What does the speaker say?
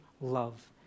love